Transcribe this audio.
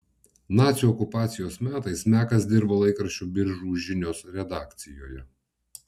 nacių okupacijos metais mekas dirbo laikraščio biržų žinios redakcijoje